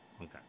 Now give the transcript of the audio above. Okay